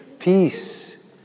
Peace